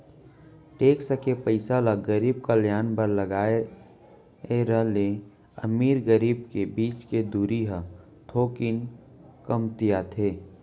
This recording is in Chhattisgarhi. टेक्स के पइसा ल गरीब कल्यान बर लगाए र ले अमीर गरीब के बीच के दूरी ह थोकिन कमतियाथे